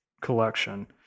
collection